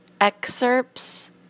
excerpts